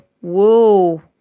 whoa